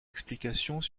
explications